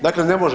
Dakle ne može.